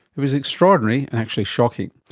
it was extraordinary and actually shocking.